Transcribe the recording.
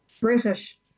British